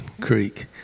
Creek